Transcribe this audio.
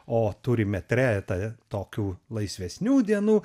o turime trejetą tokių laisvesnių dienų